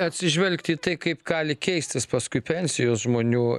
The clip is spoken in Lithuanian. atsižvelgti į tai kaip kali keistis paskui pensijos žmonių